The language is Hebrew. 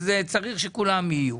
אז צריך שכולם יהיו.